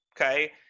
Okay